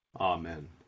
Amen